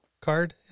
card